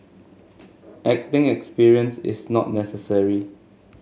acting experience is not necessary